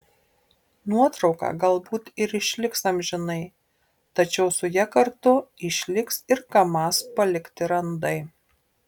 nuotrauka galbūt ir išliks amžinai tačiau su ja kartu išliks ir kamaz palikti randai